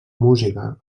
música